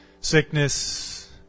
sickness